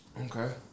Okay